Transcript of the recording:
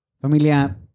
Familia